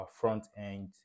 front-end